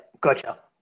gotcha